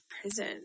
Prison